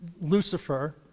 Lucifer